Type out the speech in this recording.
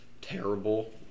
terrible